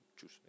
choose